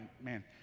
Man